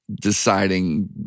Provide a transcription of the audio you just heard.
deciding